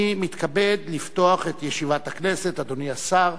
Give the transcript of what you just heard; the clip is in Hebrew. אני מתכבד לפתוח את ישיבת הכנסת, אדוני השר.